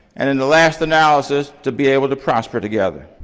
and in the last analysis, to be able to prosper together.